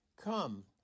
Come